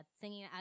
singing